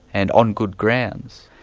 and on good grounds.